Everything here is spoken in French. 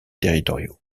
territoriaux